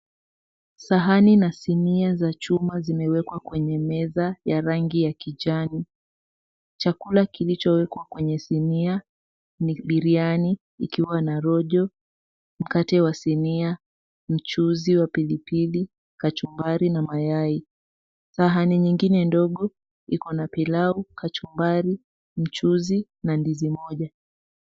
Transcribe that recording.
Sahani na sinia za chuma zimewekwa kwenye meza ya rangi ya kijani. Chakula kilichowekwa kwenye sinia ni biriani ikiwa na rojo, mkate wa sinia, mchuzi wa pilipili, kachumbari na mayai. Sahani nyingine ndogo iko na pilau, kachumbari, mchuzi na ndizi moja.